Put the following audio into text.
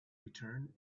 return